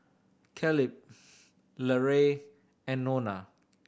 Kaleb Larae and Nona